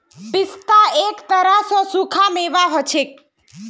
पिस्ता एक तरह स सूखा मेवा हछेक